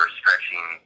stretching